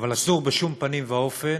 אבל אסור בשום פנים ואופן